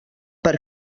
per